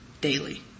Daily